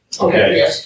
Okay